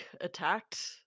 attacked